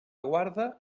guarda